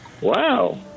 Wow